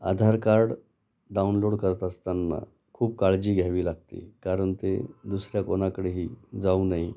आधार card download करत असताना खूप काळजी घ्यावी लागते कारण ते दुसऱ्या कोणाकडेही जाऊ नये